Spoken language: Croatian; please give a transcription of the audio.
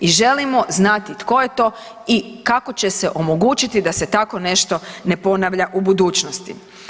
I želimo znati tko je to i kako će se omogućiti da se tako nešto ne ponavlja u budućnosti.